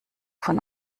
von